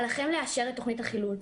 עליכם לאשר את תוכנית החילוץ